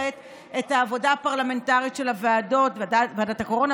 את העבודה הפרלמנטרית של הוועדות ועדת הקורונה,